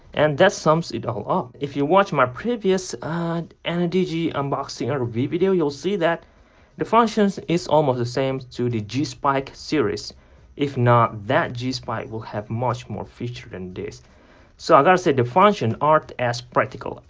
and that sums it all up if you watch my previous ah ana-digi unboxing or video you'll see that the functions is almost the same to the g-spike series if not that g spike will have much more feature than this so as i said the function art as practical.